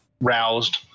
roused